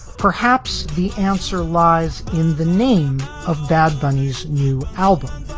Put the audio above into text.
perhaps the answer lies in the name of bad bungees new album,